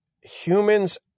humans